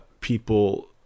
people